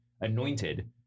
anointed